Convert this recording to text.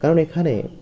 কারণ এখানে